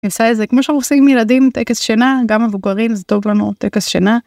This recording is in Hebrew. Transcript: זה כמו שאנחנו עושים עם ילדים טקס שנה גם מבוגרים זה טוב לנו טקס שנה.